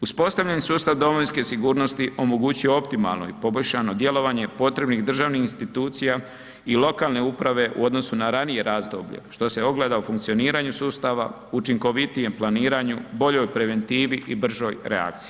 Uspostavljeni sustav domovinske sigurnosti omogućuje optimalno i poboljšano djelovanje potrebnih državnih institucija i lokalne uprave u odnosu na radnije razdoblje što se ogleda u funkcioniranju sustava, učinkovitijem planiranju, boljoj preventivi i bržoj reakciji.